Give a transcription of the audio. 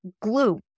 glue